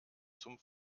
zum